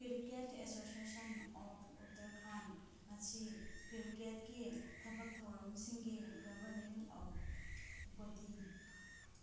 cricket association of Uttarakhand ꯑꯁꯤ ꯀ꯭ꯔꯤꯛꯀꯦꯠꯀꯤ ꯊꯕꯛ ꯊꯧꯔꯝꯁꯤꯡꯒꯤ ꯒꯣꯕꯔꯅꯤꯡ ꯕꯣꯗꯤꯅꯤ